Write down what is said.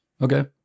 okay